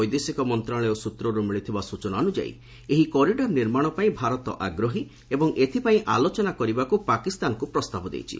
ବୈଦେଶିକ ମନ୍ତ୍ରଣାଳୟ ସୂତ୍ରରୁ ମିଳିଥିବା ସୂଚନା ଅନୁଯାୟୀ ଏହି କରିଡର ନିର୍ମାଣ ପାଇଁ ଭାରତ ଆଗ୍ରହୀ ଏବଂ ଏଥିପାଇଁ ଆଲୋଚନା କରିବାକୁ ପାକିସ୍ତାନକୁ ପ୍ରସ୍ତାବ ଦେଇଛି